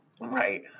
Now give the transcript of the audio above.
Right